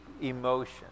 emotion